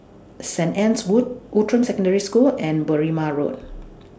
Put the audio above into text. Saint Anne's Wood Outram Secondary School and Berrima Road